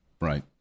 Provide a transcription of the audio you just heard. right